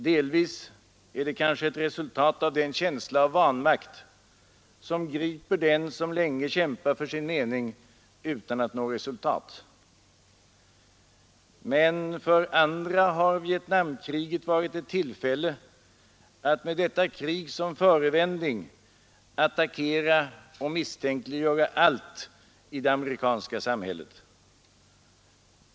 Delvis är det kanske ett resultat av den känsla av vanmakt som griper den som länge kämpar för sin mening utan att nå resultat. Men för andra har Vietnamkriget givit ett tillfälle att med detta krig som förevändning attackera och misstänkliggöra allt i det amerikanska samhället.